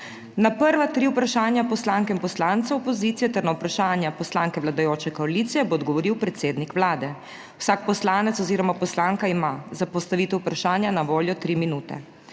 Na prva tri vprašanja poslanke in poslancev opozicije ter na vprašanja poslanke vladajoče koalicije bo odgovoril predsednik Vlade. Vsak poslanec oziroma poslanka ima za postavitev vprašanja na voljo 3 minute.